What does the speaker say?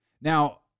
Now